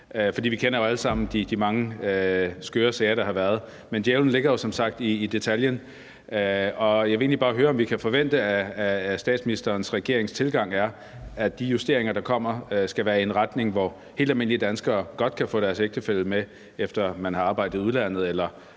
For vi kender jo alle sammen de mange skøre sager, der har været, men djævlen ligger jo som sagt i detaljen. Jeg vil egentlig bare høre, om vi kan forvente, at statsministerens regerings tilgang er, at de justeringer, der kommer, skal være i en retning, hvor helt almindelige danskere godt kan få deres ægtefælle med, efter man har arbejdet i udlandet eller